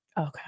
Okay